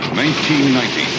1990